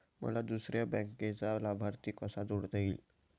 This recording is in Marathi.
मला दुसऱ्या बँकेचा लाभार्थी कसा जोडता येईल?